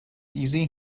easy